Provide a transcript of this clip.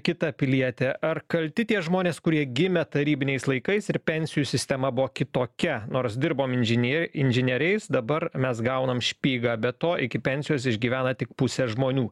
kita pilietė ar kalti tie žmonės kurie gimė tarybiniais laikais ir pensijų sistema buvo kitokia nors dirbom inžinie inžinerijais dabar mes gaunam špygą be to iki pensijos išgyvena tik pusė žmonių